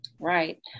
Right